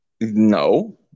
no